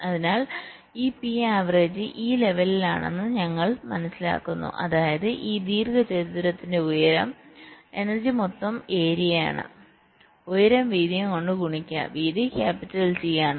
അതിനാൽ ഈ P average ഈ ലെവലാണെന്ന് ഞങ്ങൾ മനസ്സിലാക്കുന്നു അതായത് ഈ ദീർഘചതുരത്തിന്റെ ഉയരം എനർജി മൊത്തം ഏരിയയാണ് ഉയരം വീതിയും കൊണ്ട് ഗുണിക്കുക വീതി ക്യാപിറ്റൽ T ആണ്